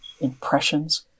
impressions